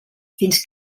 fins